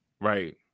right